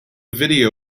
video